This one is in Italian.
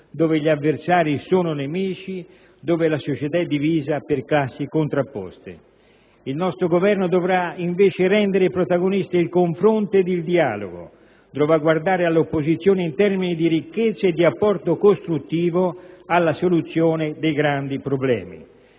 dove gli avversari sono nemici, dove la società è divisa per classi contrapposte. Il nostro Governo dovrà invece rendere protagonisti il confronto e il dialogo, dovrà guardare all'opposizione in termini di ricchezza e di apporto costruttivo alla soluzione dei grandi problemi.